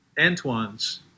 Antoine's